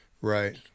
right